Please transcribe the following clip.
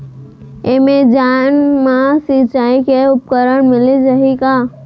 Amazon मा सिंचाई के उपकरण मिलिस जाही का?